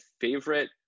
favorite